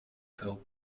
cope